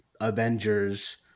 Avengers